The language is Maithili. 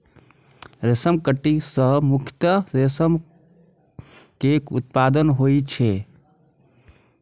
रेशम कीट सं मुख्यतः रेशम के उत्पादन होइ छै